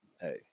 Hey